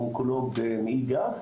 אונקולוג מעי גס,